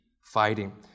fighting